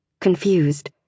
Confused